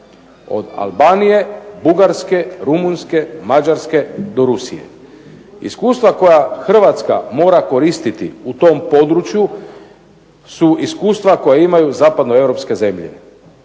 Od Albanije, Bugarske, Rumunjske, Mađarske do Rusije. Iskustva koja Hrvatska mora koristiti u tom području su iskustva koja imaju zapadnoeuropske zemlje.